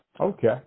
Okay